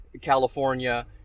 California